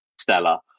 Stella